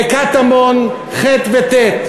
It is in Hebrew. בקטמון ח' וט',